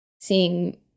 seeing